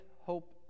hope